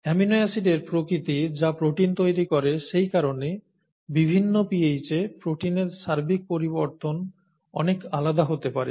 amino এসিডের প্রকৃতি যা প্রোটিন তৈরি করে সেইকারণে বিভিন্ন pH এ প্রোটিনের সার্বিক পরিবর্তন অনেক আলাদা হতে পারে